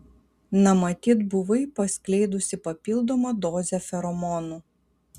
na matyt buvai paskleidusi papildomą dozę feromonų